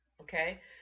okay